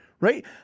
right